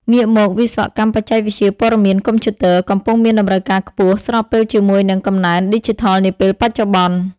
ងាកមកវិស្វកម្មបច្ចេកវិទ្យាព័ត៌មាន កុំព្យូទ័រ កំពុងមានតម្រូវការខ្ពស់ ស្របពេលជាមួយនឹង កំណើនឌីជីថលនាពេលបច្ចុប្បន្ន។